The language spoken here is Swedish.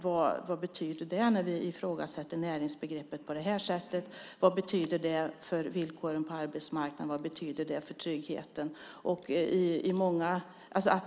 Vad betyder det när vi ifrågasätter näringsbegreppet på det här sättet? Vad betyder det för villkoren på arbetsmarknaden? Vad betyder det för tryggheten?